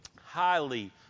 highly